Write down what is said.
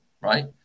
right